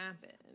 happen